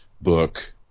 book